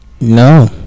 No